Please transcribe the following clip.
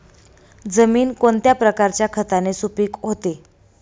जमीन कोणत्या प्रकारच्या खताने सुपिक होते?